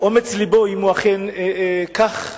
אומץ לבו, אם הוא אכן כך סובר.